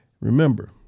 Remember